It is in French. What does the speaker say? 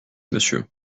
monsieur